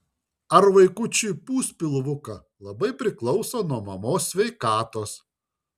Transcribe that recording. ar vaikučiui pūs pilvuką labai priklauso nuo mamos sveikatos